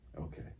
Okay